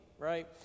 Right